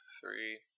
three